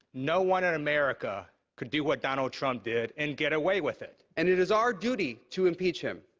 no one in america could do what donald trump did and get away with it. and it is our duty to impeach him.